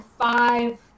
five